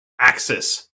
axis